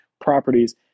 properties